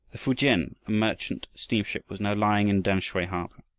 the fukien, a merchant steamship, was now lying in tamsui harbor.